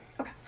Okay